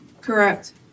Correct